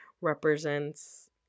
represents